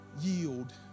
yield